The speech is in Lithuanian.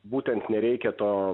būtent nereikia to